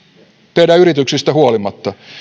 teidän yrityksistänne huolimatta